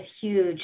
huge